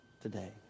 today